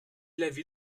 l’avis